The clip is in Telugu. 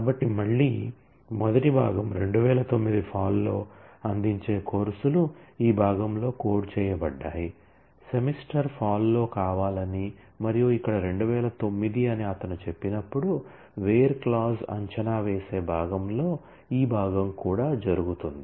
కాబట్టి మళ్ళీ మొదటి భాగం 2009 ఫాల్ లో అందించే కోర్సులు ఈ భాగంలో కోడ్ చేయబడ్డాయి సెమిస్టర్ ఫాల్ లో కావాలని మరియు ఇక్కడ 2009 అని అతను చెప్పినప్పుడు వేర్ క్లాజ్ అంచనా వేసే భాగంలో ఈ భాగం కూడా జరుగుతుంది